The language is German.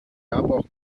auch